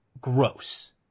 gross